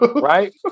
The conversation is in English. Right